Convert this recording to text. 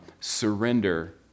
Surrender